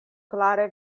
klare